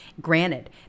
granted